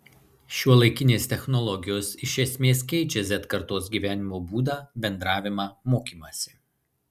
šiuolaikinės technologijos iš esmės keičia z kartos gyvenimo būdą bendravimą mokymąsi